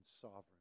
sovereign